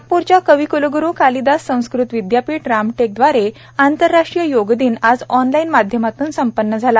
नागप्रच्या कविकलग्रू कालिदास संस्कृत विदयापीठ रामटेक दवारा आंतरराष्ट्रीय योग दिन आज ऑनलाईन माध्यमात्न संपन्न झाला